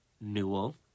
Newell